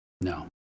No